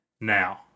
now